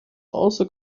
also